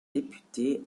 député